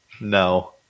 No